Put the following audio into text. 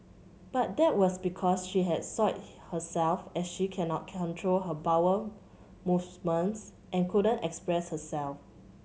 but that was because she had soiled herself as she cannot control her bowel movements and couldn't express herself